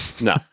no